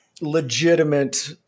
legitimate